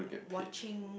watching